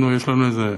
אנחנו, יש לנו איזו,